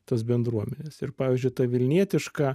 tas bendruomenes ir pavyzdžiui tą vilnietišką